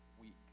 week